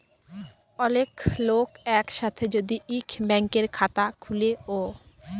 ওলেক লক এক সাথে যদি ইক ব্যাংকের খাতা খুলে ও